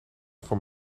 voor